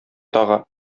тагы